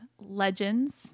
Legends